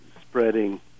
spreading